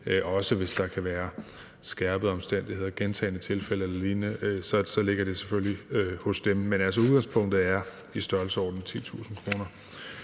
det; hvis der kan være skærpede omstændigheder, gentagne tilfælde eller lignende, så ligger det selvfølgelig også hos dem, men i udgangspunktet er det altså i størrelsesordenen 10.000 kr.